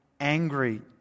angry